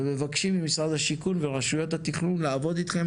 ומבקשים ממשרד השיכון ורשויות התכנון לעבוד איתכם